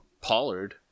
Pollard